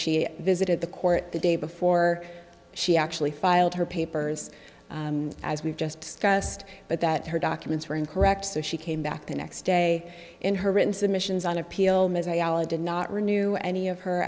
she visited the court the day before she actually filed her papers as we've just discussed but that her documents were incorrect so she came back the next day in her written submissions on appeal ms allen did not renew any of her